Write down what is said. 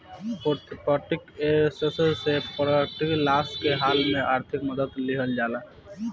property insurance से property loss के हाल में आर्थिक मदद लीहल जाला